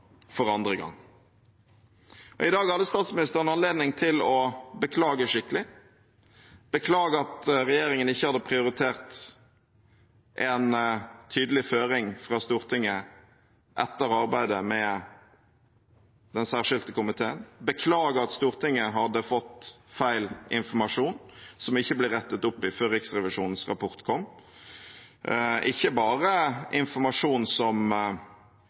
for andre gang. I dag hadde statsministeren anledning til å beklage skikkelig, beklage at regjeringen ikke hadde prioritert en tydelig føring fra Stortinget etter arbeidet med Den særskilte komité, beklage at Stortinget hadde fått feil informasjon som ikke ble rettet opp i før Riksrevisjonens rapport kom, ikke bare informasjon som